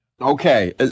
Okay